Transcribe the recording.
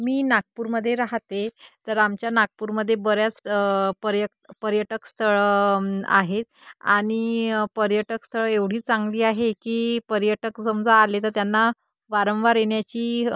मी नागपूरमध्ये राहते तर आमच्या नागपूरमध्ये बऱ्याच पर्य पर्यटक स्थळं आहेत आणि पर्यटक स्थळं एवढी चांगली आहे की पर्यटक समजा आले तर त्यांना वारंवार येण्याची